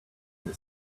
this